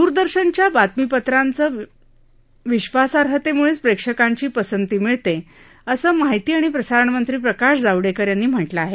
दूरदर्शनवरच्या बातमीपत्रांच्या विश्वासार्हतेमुळेच प्रेक्षकांची पसंती मिळतेअसं माहिती आणि प्रसारण मंत्री प्रकाश जावडेकर यांनी म्हटलं आहे